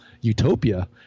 utopia